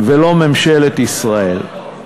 ולא ממשלת ישראל.